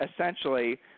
essentially